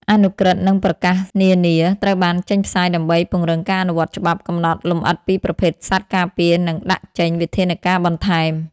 អនុក្រឹត្យ និងប្រកាសនានា ត្រូវបានចេញផ្សាយដើម្បីពង្រឹងការអនុវត្តច្បាប់ កំណត់លម្អិតពីប្រភេទសត្វការពារ និងដាក់ចេញវិធានការបន្ថែម។